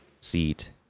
seat